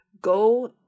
Go